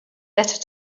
better